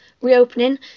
reopening